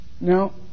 now